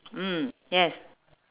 mm yes